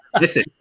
Listen